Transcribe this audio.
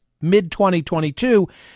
mid-2022